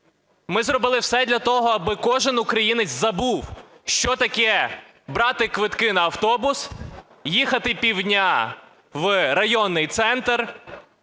Ми зробили все для того, аби кожен українець забув, що таке брати квитки на автобус, їхати півдня в районний центр,